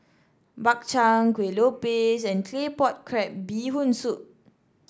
Bak Chang Kueh Lopes and Claypot Crab Bee Hoon Soup